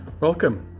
Welcome